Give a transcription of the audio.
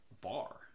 bar